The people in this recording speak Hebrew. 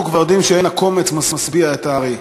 אנחנו כבר יודעים שאין הקומץ משביע את הארי.